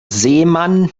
seemann